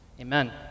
Amen